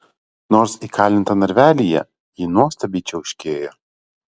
nors įkalinta narvelyje ji nuostabiai čiauškėjo